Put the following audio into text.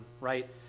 right